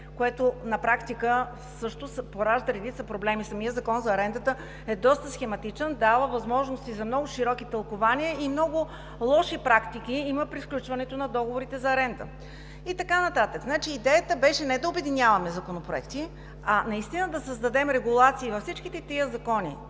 което на практика също поражда редица проблеми. Самият Закон за арендата е доста схематичен. Дава възможност за много широки тълкования и при сключването на договорите за аренда има много лоши практики, и така нататък. Идеята беше не да обединяваме законопроекти, а наистина да създадем регулации във всички тези четири закона.